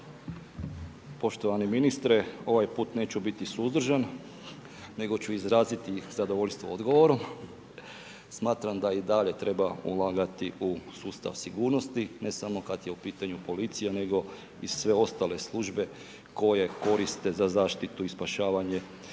Poštovani ministre, ovaj put neću biti suzdržan nego ću izraziti zadovoljstvo odgovorom. Smatram da i dalje treba ulagati u sustav sigurnosti, ne samo kad je u pitanju policija nego i sve ostale službe koje koriste za zaštitu i spašavanje